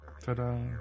Ta-da